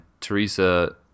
Teresa